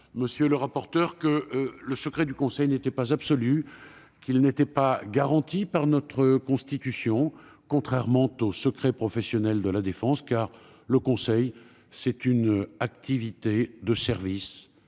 monsieur le rapporteur, que le secret du conseil n'était pas absolu, qu'il n'était pas garanti par notre Constitution, contrairement au secret professionnel de la défense, car le conseil est une activité de services,